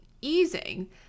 easing